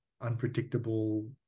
unpredictable